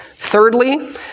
Thirdly